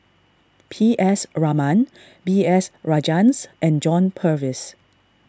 P S Raman B S Rajhans and John Purvis